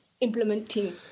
implementing